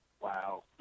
Wow